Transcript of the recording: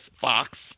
Fox